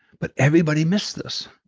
but everybody missed this.